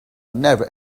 never